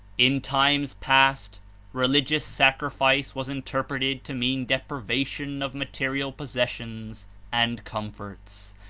in times past religious sacrifice was interpreted to mean deprivation of material possessions and com forts,